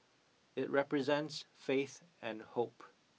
it represents faith and hope